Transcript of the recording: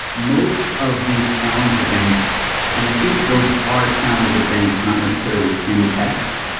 most of these challenger banks and i think those are challenger banks. not necessarily fin techs,